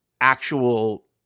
actual